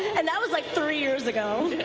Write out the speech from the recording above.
and that was like three years ago.